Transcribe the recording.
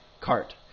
cart